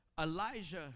Elijah